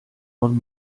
old